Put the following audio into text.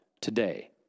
today